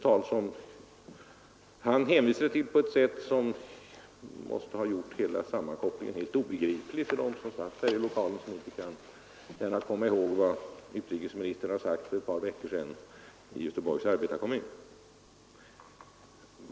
Han hänvisade till det talet på ett sätt som måste ha gjort hela sammankopplingen helt obegriplig för dem som sitter här i lokalen och inte gärna kan veta vad utrikesministern har sagt för ett par veckor sedan i Göteborgs Arbetarekommun.